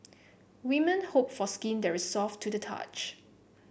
women hope for skin that is soft to the touch